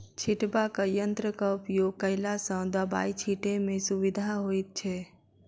छिटबाक यंत्रक उपयोग कयला सॅ दबाई छिटै मे सुविधा होइत छै